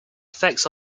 effects